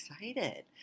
excited